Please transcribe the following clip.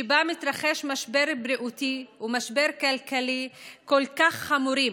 שבה מתרחשים משבר בריאותי ומשבר כלכלי כל כך חמורים,